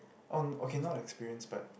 oh okay now experience but